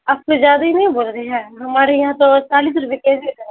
آپ کچھ زیادہ ہی نہیں بول رہے ہیں ہمارے یہاں تو چالیس روپے کے جی ہے ٹماٹر